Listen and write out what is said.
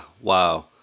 Wow